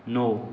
नौ